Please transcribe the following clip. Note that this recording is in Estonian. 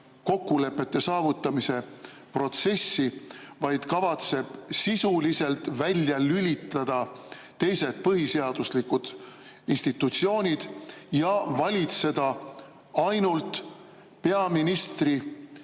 kokkulepete saavutamise protsessi, vaid kavatseb sisuliselt välja lülitada teised põhiseaduslikud institutsioonid ja valitseda ainult peaministri